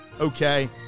okay